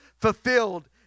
Fulfilled